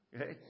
Okay